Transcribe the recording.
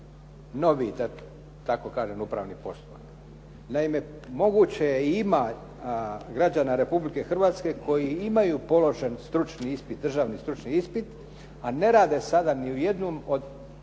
novi da tako kažem upravni postupak. Naime, moguće je i ima građana Republike Hrvatske koji imaju položen stručni ispit, državni stručni ispit a ne rade sada ni u jednom od